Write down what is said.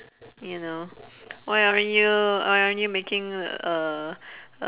you know why are you why aren't you making uh uh